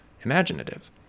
imaginative